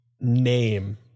name